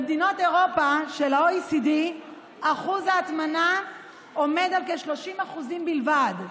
במדינות אירופה של ה-OECD שיעור ההטמנה עומד על כ-30% בלבד.